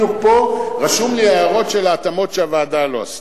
רשום לי ההערות של ההתאמות שהוועדה לא עשתה.